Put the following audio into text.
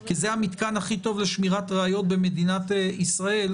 כי זה המתקן הכי טוב לשמירת ראיות במדינת ישראל.